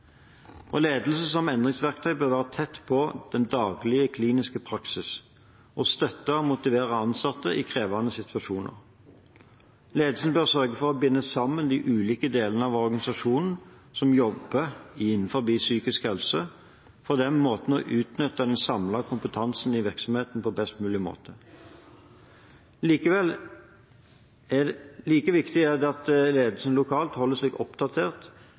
Ledelse som endringsverktøy bør være tett på den daglige kliniske praksisen og støtte og motivere ansatte i krevende situasjoner. Ledelsen bør sørge for å binde sammen de ulike delene av organisasjonen som jobber innenfor psykisk helse, for på den måten å utnytte den samlede kompetansen i virksomheten på best mulig måte. Like viktig er det at ledelsen lokalt holder seg oppdatert